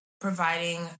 providing